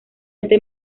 este